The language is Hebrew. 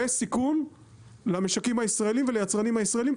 וסיכון למשקים הישראלים וליצרנים הישראלים,